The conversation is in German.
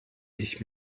ich